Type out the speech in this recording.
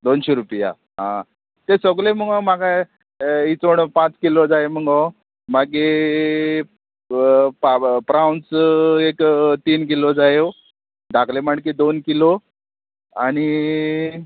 दोनशे रुपया आ ते सोगले मुगो म्हाका इचोड पांच किलो जाय मुगो मागी प्रन्स एक तीन किलो जायो धाकले माणक्यो दोन किलो आनी